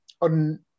on